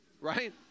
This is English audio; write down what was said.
right